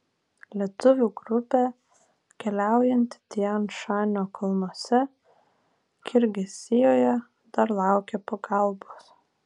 lietuvių grupė keliaujanti tian šanio kalnuose kirgizijoje dar laukia pagalbos